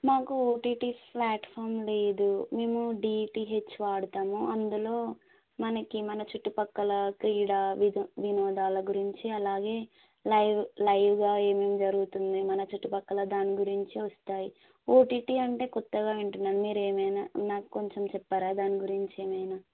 నాకు OTT platform లేదు మేము డీటీహెచ్ వాడుతాము అందులో మనకి మన చుట్టుపక్కల క్రీడా వినోదాల గురించి అలాగే లైవ్ లైవ్గా ఏమేమి జరుగుతుంది మన చుట్టుపక్కల దాని గురించి వస్తాయి ఓటీటీ అంటే కొత్తగా వింటున్నాం మీరు ఏమైన నాకు కొంచెం చెప్తారా దాని గురించి ఏమైన